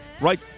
right